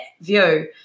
view